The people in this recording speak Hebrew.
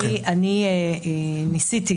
ניסיתי